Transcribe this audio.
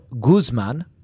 Guzman